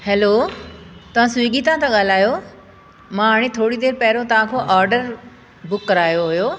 hello तव्हां स्वीगी तव्हां था ॻाल्हायो मां हाणे थोरी देरि पहिरियों तव्हां खां ऑडर बुक करायो हुयो